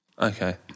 Okay